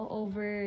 over